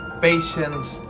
patience